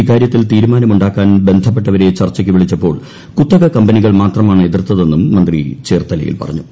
ഇക്കൂാര്യത്തിൽ തീരുമാനമുണ്ടാക്കാൻ ബന്ധപ്പെട്ടവരെ ചൂർച്ചയ്ക്ക് വിളിച്ചപ്പോൾ കുത്തക കമ്പനികൾ മാത്രമാണ് എതിർത്തെന്നും മുന്ന്തി ചേർത്തലയിൽ പറഞ്ഞു